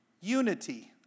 Unity